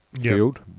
field